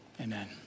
Amen